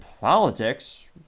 politics